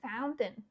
fountain